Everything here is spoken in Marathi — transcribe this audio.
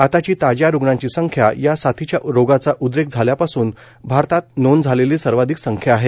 आताची ताज्या रुग्णांची संख्या या साथीच्या रोगाचा उद्रेक झाल्यापासून भारतात नोंद झालेली सर्वाधिक संख्या आहे